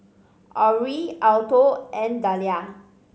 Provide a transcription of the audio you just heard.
Orie Alto and Dalia